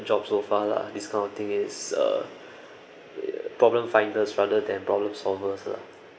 job so far lah this kind of thing is a problem finders rather than problem solvers lah